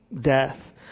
death